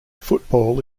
football